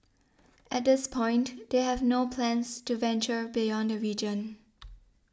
at this point they have no plans to venture beyond the region